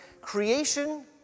creation